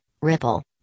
Ripple